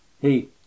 Hey